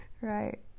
Right